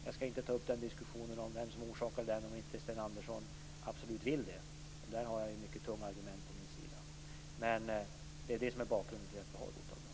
Jag skall inte ta upp diskussionen om vem som orsakade den, om inte Sten Andersson absolut vill det - där har jag mycket tunga argument på min sida. Det är alltså detta som är bakgrunden till att vi har ROT-avdraget.